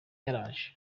yaraje